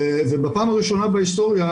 ובפעם הראשונה בהיסטוריה,